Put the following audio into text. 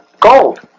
gold